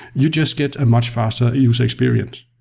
you just get a much faster user experience.